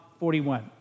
41